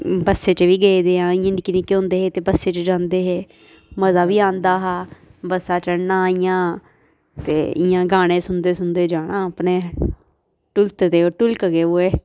बस्सै च बी गेदे आं इ'यां निक्के निक्के होंदे हे ते बस्सै च जंदे हे मजा बी आंदा हा बस्सा चढ़ना इ'यां ते इ'यां गाने सुनदे सुनदे जाना अपने टुलकके टुलकके हुए